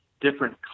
different